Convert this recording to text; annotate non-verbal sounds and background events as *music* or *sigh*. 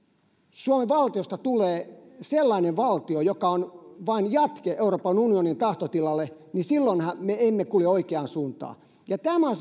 suomen valtiosta tulee sellainen valtio joka on vain jatke euroopan unionin tahtotilalle silloinhan me emme kulje oikeaan suuntaan tämä on *unintelligible*